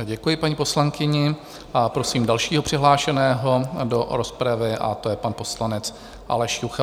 Děkuji paní poslankyni a prosím dalšího přihlášeného do rozpravy a to je pan poslanec Aleš Juchelka.